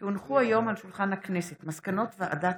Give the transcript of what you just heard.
כי הונחו היום על שולחן הכנסת מסקנות ועדת